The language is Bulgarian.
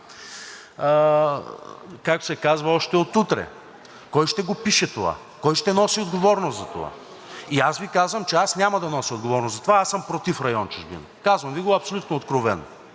както се казва, още от утре. Кой ще го пише това, кой ще носи отговорност за това? И Ви казвам, че аз няма да нося отговорност за това – аз съм против район „Чужбина“. Казвам Ви го абсолютно откровено.